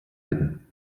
bitten